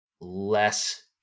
less